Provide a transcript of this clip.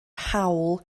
hawl